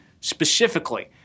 specifically